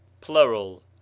Plural